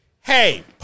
Hey